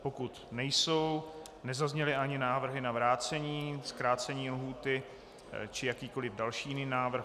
Pokud nejsou, nezazněly ani návrhy na vrácení, zkrácení lhůty či jakýkoliv jiný návrh.